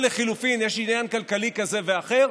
או לחלופין יש עניין כלכלי כזה או אחר,